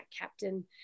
captain